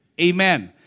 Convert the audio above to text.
Amen